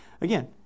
Again